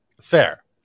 fair